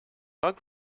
bug